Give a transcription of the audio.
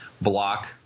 block